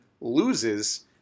loses